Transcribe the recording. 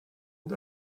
und